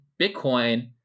Bitcoin